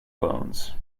bones